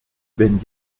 wenn